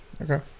Okay